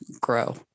grow